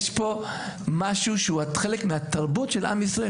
יש פה משהו שהוא חלק מהתרבות של עם ישראל.